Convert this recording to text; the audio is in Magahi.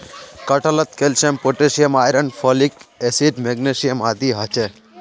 कटहलत calcium potassium iron folic acid magnesium आदि ह छे